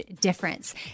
difference